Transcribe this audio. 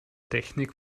technik